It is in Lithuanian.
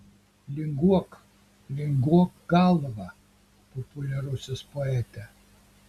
linguok linguok galva populiarusis poete